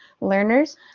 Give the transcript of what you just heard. learners